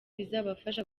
bizabafasha